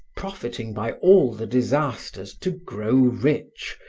profiting by all the disasters to grow rich,